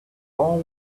all